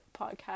podcast